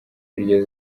iryo